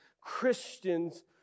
Christians